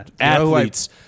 athletes